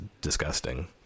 disgusting